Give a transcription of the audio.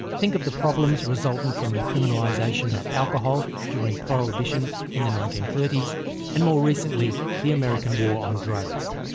think of the problems resultant from the criminalisation of alcohol during prohibition in the nineteen thirty s and, more recently, the american war on drugs.